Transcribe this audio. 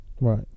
Right